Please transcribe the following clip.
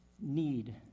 need